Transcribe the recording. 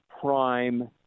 Prime